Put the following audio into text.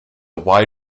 wide